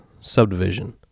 subdivision